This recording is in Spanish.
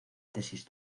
tesis